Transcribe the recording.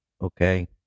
okay